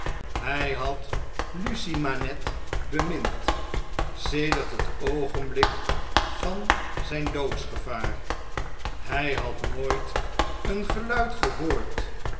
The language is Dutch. hij had lucie manette bemind sedert het oogenblik van zn'n doodsgevaar hij had nooit een geluid gehoord